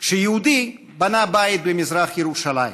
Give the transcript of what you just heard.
כשיהודי בנה בית במזרח ירושלים